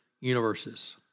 universes